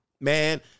Man